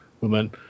woman